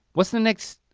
what's the next,